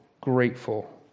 grateful